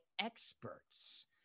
experts